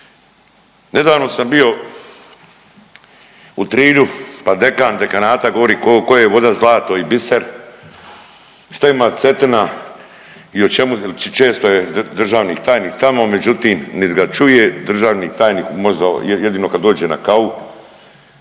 Nedavno sam bio u Trilju pa dekan dekanata govori koje je voda zlato i biser, šta ima Cetina jel često je državni tajnik tamo, međutim nit ga čuje državni tajnik možda jedino kad dođe na kavu.